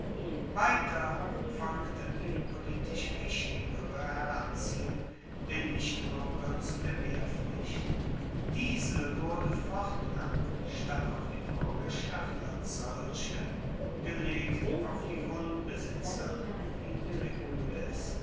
weiter folgte die politisch wichtigere heranziehung der nichtbuerger zu der wehrpflicht diese wurde fortan statt auf die buergerschaft als solche gelegt auf die grundbesitzer die